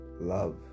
love